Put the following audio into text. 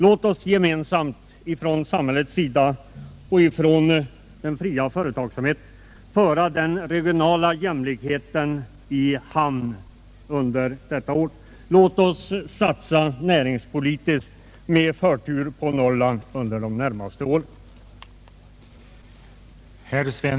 Låt oss gemensamt från samhället och från den fria företagsamheten föra den regionala jämlikheten i hamn under detta år! Låt oss satsa näringspolitiskt på Norrland med förtur under de närmaste åren!